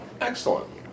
Excellent